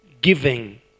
giving